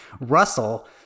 Russell